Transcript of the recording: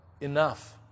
enough